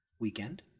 weekend